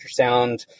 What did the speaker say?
ultrasound